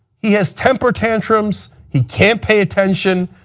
he has temper tantrums, he can't pay attention,